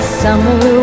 summer